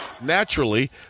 naturally